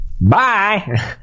bye